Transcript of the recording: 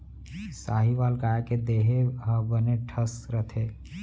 साहीवाल गाय के देहे ह बने ठस रथे